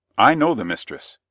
i know the mistress.